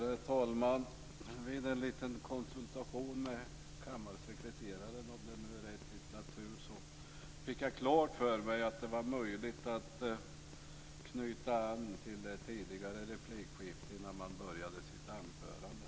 Herr talman! Vid en konsultation med kammarsekreteraren - om det nu är rätt titel - fick jag klart för mig att det var möjligt att knyta an till ett tidigare replikskifte innan man börjar sitt anförande.